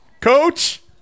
Coach